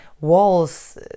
walls